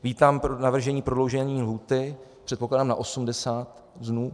Vítám navržení prodloužení lhůty, předpokládám, na 80 dnů.